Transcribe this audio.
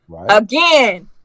Again